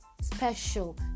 special